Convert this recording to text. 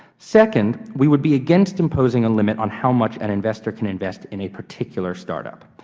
second, we would be against imposing a limit on how much an investor can invest in a particular startup.